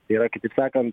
yra kitaip sakant